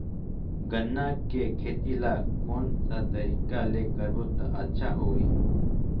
गन्ना के खेती ला कोन सा तरीका ले करबो त अच्छा होही?